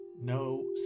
no